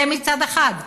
זה מצד אחד.